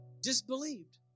disbelieved